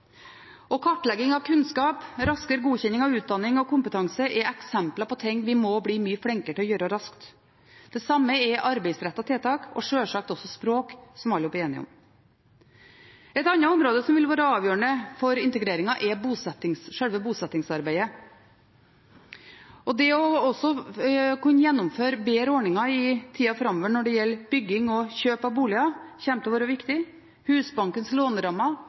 Kartlegging av kunnskap og raskere godkjenning av utdanning og kompetanse er eksempler på ting vi må bli mye flinkere til å gjøre raskt. Det samme gjelder arbeidsrettede tiltak og sjølsagt også språk, som alle er enige om. Et annet område som vil være avgjørende for integreringen, er sjølve bosettingsarbeidet. Det å kunne gjennomføre bedre ordninger i tida framover når det gjelder bygging og kjøp av boliger, kommer til å være viktig. Husbankens